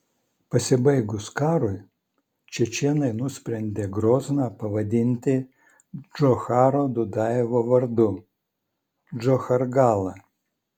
pasibaigus karui čečėnai nusprendę grozną pavadinti džocharo dudajevo vardu džochargala